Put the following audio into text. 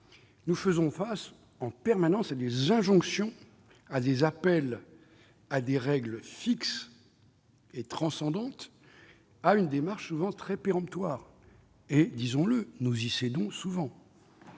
nous faisons en permanence face à des injonctions, à des demandes de règles fixes et transcendantes, à une démarche souvent très péremptoire ; et, disons-le, nous y cédons souvent.